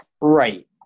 Right